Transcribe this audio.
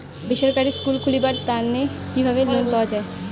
বেসরকারি স্কুল খুলিবার তানে কিভাবে লোন পাওয়া যায়?